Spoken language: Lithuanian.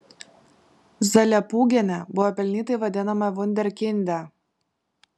zalepūgienė buvo pelnytai vadinama vunderkinde